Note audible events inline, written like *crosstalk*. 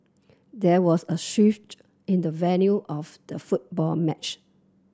there was a *unintelligible* in the venue off the football match